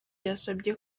yasabye